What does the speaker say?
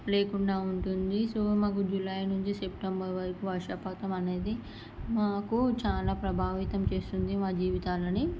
లేకుండా ఉంటుంది సో మాకు జూలై నుంచి సెప్టెంబర్ వరకూ వర్షపాతం అనేది మాకు చాలా ప్రభావితం చేస్తుంది మా జీవితాలని